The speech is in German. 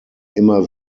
immer